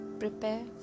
Prepare